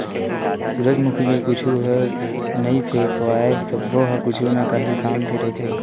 सूरजमुखी के कुछु ह नइ फेकावय सब्बो ह कुछु न काही काम के रहिथे